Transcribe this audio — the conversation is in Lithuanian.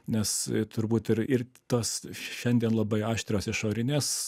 nes turbūt ir ir tos šiandien labai aštrios išorinės